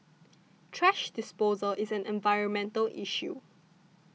thrash disposal is an environmental issue